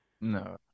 No